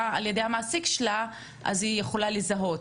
על ידי המעסיק שלה אז היא יכולה לזהות,